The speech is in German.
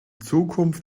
zukunft